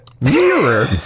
Mirror